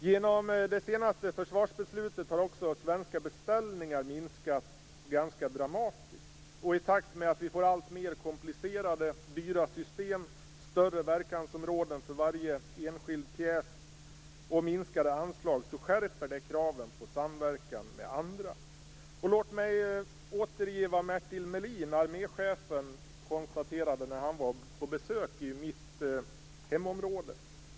Genom det senaste försvarsbeslutet har också svenska beställningar minskat ganska dramatiskt. I takt med att vi får alltmer komplicerade dyra system, större verkansområden för varje enskild pjäs och minskade anslag skärps kraven på samverkan med andra. Låt mig återge vad Mertil Melin, arméchefen, konstaterade när han var på besök i mitt hemområde.